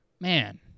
Man